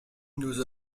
nous